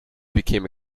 became